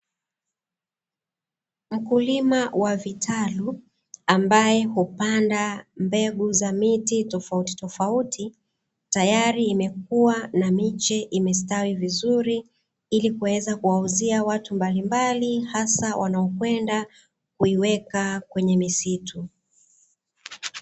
Mkulima wa vitalu ambae hupanda mbegu za miti tofautitofauti, tayari imekua na miche imestawii vizuri, ili kuweza kuwauzia watu mbalimbali hasa wanaokwenda kuiweka kwenye misitu.